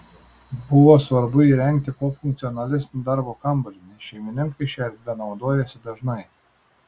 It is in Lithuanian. buvo svarbu įrengti kuo funkcionalesnį darbo kambarį nes šeimininkai šia erdve naudojasi dažnai